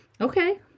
Okay